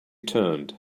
turned